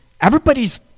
Everybody's